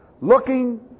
looking